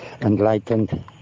enlightened